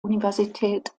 universität